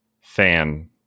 fan